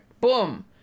Boom